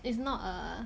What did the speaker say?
it's not a